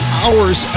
hours